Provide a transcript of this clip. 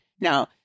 Now